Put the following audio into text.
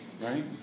right